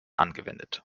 angewendet